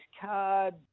card